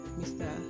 mr